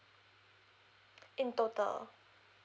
in total